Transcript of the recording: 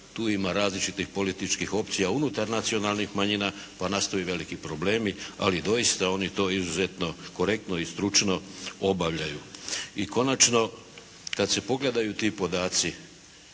tu ima različitih političkih opcija unutar nacionalnih manjina, pa nastaju veliki problemi. Ali doista oni to izuzetno korektno i stručno obavljaju. I konačno, kad se pogledaju ti podaci,